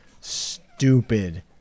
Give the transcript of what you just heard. stupid